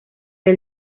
del